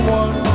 one